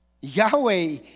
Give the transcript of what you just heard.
Yahweh